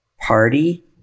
Party